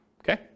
Okay